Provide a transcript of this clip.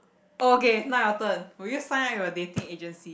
okay now your turn will you sign up with a dating agency